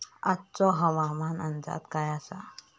आजचो हवामान अंदाज काय आसा?